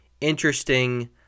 interesting